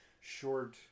short